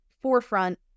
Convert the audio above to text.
forefront